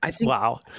wow